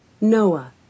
Noah